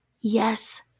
Yes